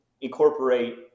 incorporate